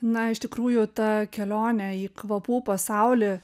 na iš tikrųjų ta kelionė į kvapų pasaulį